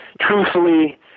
Truthfully